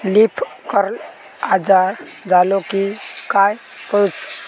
Leaf curl आजार झालो की काय करूच?